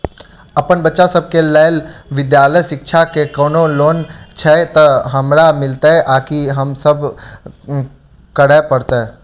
अप्पन बच्चा सब केँ लैल विधालय शिक्षा केँ कोनों लोन छैय तऽ कोना मिलतय आ की सब करै पड़तय